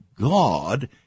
God